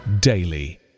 daily